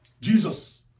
Jesus